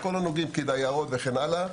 פקיד היערות וכן הלאה.